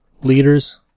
leaders